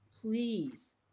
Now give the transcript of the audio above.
please